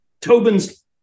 Tobin's